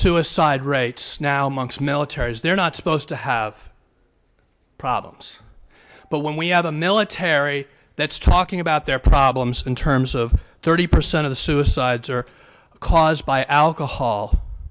suicide rates now monks militaries they're not supposed to have problems but when we have a military that's talking about their problems in terms of thirty percent of the suicides are caused by alcohol